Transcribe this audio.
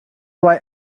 why